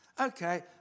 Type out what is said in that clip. Okay